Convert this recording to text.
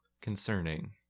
concerning